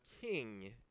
king